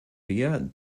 wir